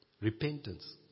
Repentance